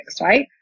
right